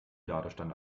ladestand